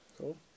Cool